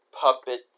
puppet